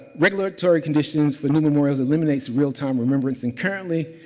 regulatory conditions for new memorials eliminates real time remembrance. and currently,